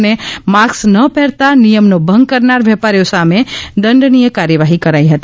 અને માસ્ક ન પહેરતા નિયમનો ભંગ કરનાર વેપારીઓ સામે દંડનીય કાર્યવાહી કરાઇ હતી